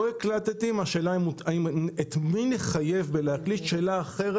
את מי נחייב להקליט זו שאלה אחרת,